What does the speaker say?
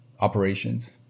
operations